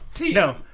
No